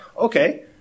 Okay